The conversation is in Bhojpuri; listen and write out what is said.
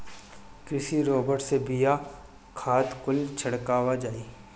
कृषि रोबोट से बिया, खाद कुल छिड़का जाई